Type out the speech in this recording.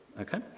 okay